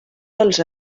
dels